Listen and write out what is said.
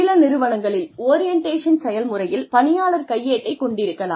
சில நிறுவனங்களில் ஓரியண்டேஷன் செயல்முறையில் பணியாளர் கையேட்டைக் கொண்டிருக்கலாம்